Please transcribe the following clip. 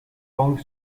hong